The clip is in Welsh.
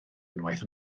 unwaith